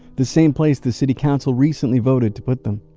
the same place the city council recently voted to put them.